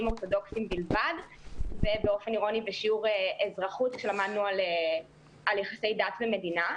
אורתודוכסים בלבד ובאופן אירוני בשיעור אזרחות כשלמדנו על יחסי דת ומדינה.